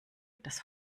das